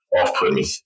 off-putting